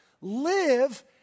live